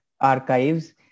archives